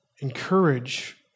encourage